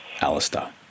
Alistair